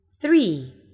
three